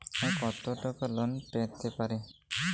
আমি কত টাকা লোন পেতে পারি?